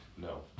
No